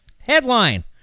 Headline